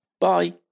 Bye